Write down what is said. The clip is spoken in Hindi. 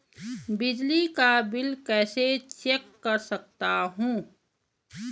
बिजली का बिल कैसे चेक कर सकता हूँ?